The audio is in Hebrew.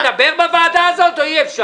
אבל אפשר לדבר בוועדה הזאת או אי-אפשר?